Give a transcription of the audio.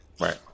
Right